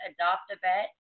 Adopt-A-Vet